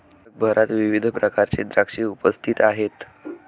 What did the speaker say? जगभरात विविध प्रकारचे द्राक्षे उपस्थित आहेत